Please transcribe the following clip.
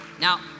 now